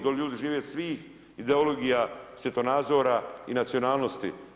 Dolje ljudi žive svih ideologija, svjetonazora i nacionalnosti.